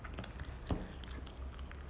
அது யாரு நடிச்சது:athu yaaru nadichathu